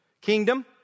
Kingdom